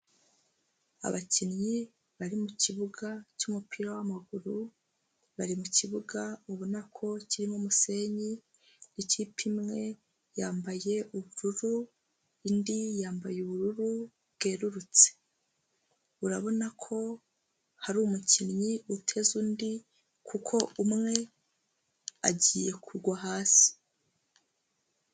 Abakinnyi bari mu kibuga cy'umupira w'amaguru, bari mu kibuga ubona ko kirimo umusenyi, ikipe imwe yambaye ubururu indi yambaye ubururu bwerurutse, urabona ko hari umukinnyi uteze undi kuko umwe agiye kugwa hasi.